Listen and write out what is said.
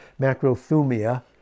macrothumia